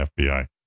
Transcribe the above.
fbi